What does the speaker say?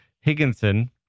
Higginson